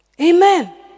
Amen